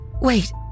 Wait